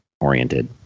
oriented